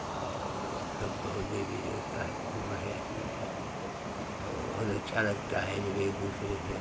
और सब बहुत देवी देवता है बहुत बढ़िया चीज़ है और बहुत अच्छा लगता है जब एक दूसरे से